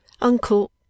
Uncle